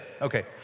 okay